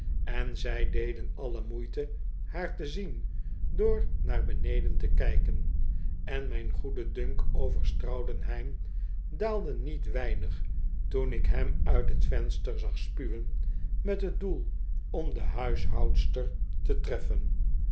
en zij deden alle moeite haar te zien door naar beneden te kijken en mijn goede dunk over straudenheim daalde niet weinig toen ik hem uit t venster zag spuwen met t doel om de huishoudster te treffen